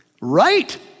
Right